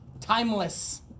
Timeless